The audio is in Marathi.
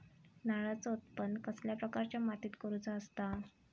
नारळाचा उत्त्पन कसल्या प्रकारच्या मातीत करूचा असता?